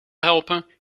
helpen